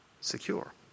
secure